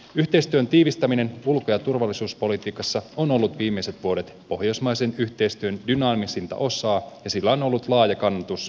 yhteistyön tiivistäminen ulko ja turvallisuuspolitiikassa on ollut viimeiset vuodet pohjoismaisen yhteistyön dynaamisinta osaa ja sillä on ollut laaja kannatus kaikissa pohjoismaissa